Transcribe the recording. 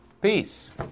Peace